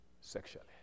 sexually